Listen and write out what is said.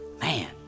man